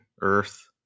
earth